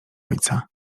ojca